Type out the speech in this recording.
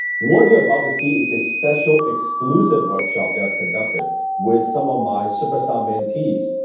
what you're about to see is a special, exclusive workshop they have conducted with some of my superstar mentees.